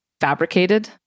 fabricated